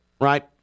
right